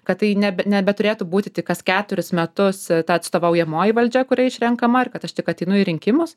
kad tai nebe nebeturėtų būti tik kas keturis metus ta atstovaujamoji valdžia kuri išrenkama ar kad aš tik ateinu į rinkimus